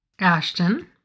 Ashton